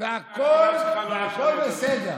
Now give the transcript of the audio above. והכול בסדר.